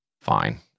Fine